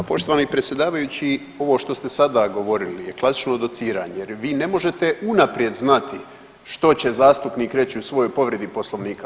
Poštovani predsjedavajući ovo što ste sada govorili je klasično dociranje jer vi ne možete unaprijed znati što će zastupnik reći u svojoj povredi Poslovnika.